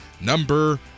number